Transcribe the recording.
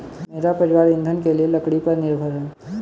मेरा परिवार ईंधन के लिए लकड़ी पर निर्भर है